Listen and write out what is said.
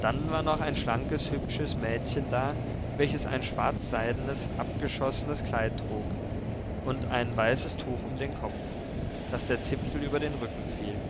dann war noch ein schlankes hübsches mädchen da welches ein schwarzseidenes abgeschossenes kleid trug und ein weißes tuch um den kopf daß der zipfel über den rücken fiel